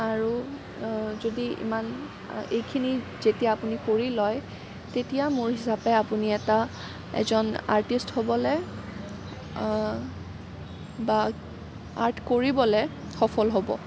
আৰু যদি ইমান এইখিনি যেতিয়া আপুনি কৰি লয় তেতিয়া মোৰ হিচাপে আপুনি এটা এজন আৰ্টিষ্ট হ'বলৈ বা আৰ্ট কৰিবলৈ সফল হ'ব